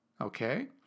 okay